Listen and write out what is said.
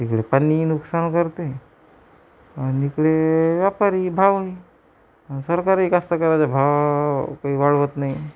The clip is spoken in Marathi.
तिकडे पाणीही नुकसान करते आणि इकडे व्यापारी भावही आणि सरकारही कष्टकऱ्याचा भाव काही वाढवत नाही